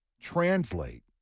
translate